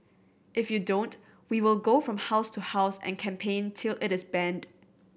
if you don't we will go from house to house and campaign till it is banned